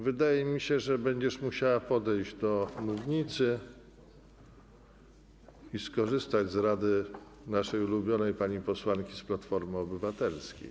Wydaje mi się, że będziesz musiała podejść do mównicy i skorzystać z rady naszej ulubionej pani posłanki z Platformy Obywatelskiej.